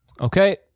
Okay